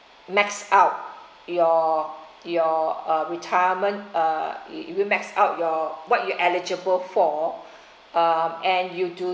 max out your your uh retirement uh if you max out your what you eligible for um and you do